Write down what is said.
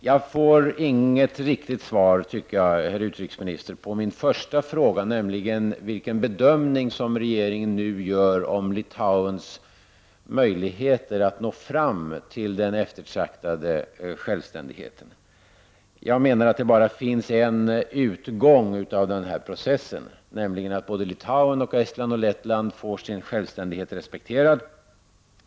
Jag fick inget riktigt svar på min första fråga, herr utrikesminister, nämligen vilken bedömning som regeringen nu gör om Litauens möjligheter att nå fram till den eftertraktade självständigheten. Jag menar att det bara finns en utgång av processen, nämligen att Litauen, Estland och Lettland får sin självständighet respekterad.